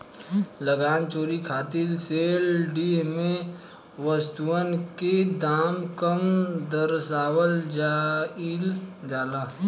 लगान चोरी खातिर सेल डीड में वस्तुअन के दाम कम दरसावल जाइल जाला